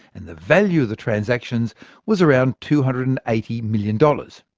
and the value of the transactions was around two hundred and eighty million dollars.